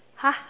!huh!